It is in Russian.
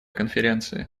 конференции